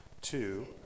Two